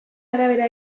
arabera